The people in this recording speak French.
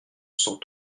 cents